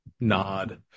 nod